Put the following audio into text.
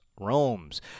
roams